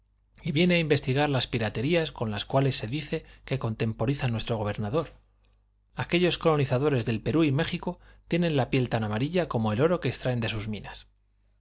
y viene a investigar las piraterías con las cuales se dice que contemporiza nuestro gobernador aquellos colonizadores del perú y méjico tienen la piel tan amarilla como el oro que extraen de sus minas